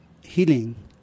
healing